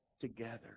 together